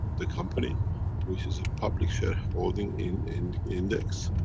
the company which is a public share holding in, in, index.